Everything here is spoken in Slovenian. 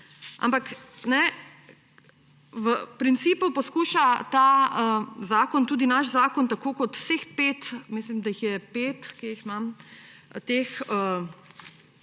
Ampak v principu poskuša ta zakon, tudi naš zakon, tako kot vseh pet, mislim, da jih je pet, predlogov